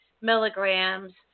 milligrams